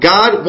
God